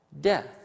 death